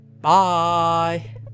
Bye